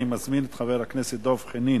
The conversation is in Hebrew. אני מזמין את חבר הכנסת דב חנין.